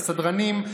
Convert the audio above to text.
לסדרנים,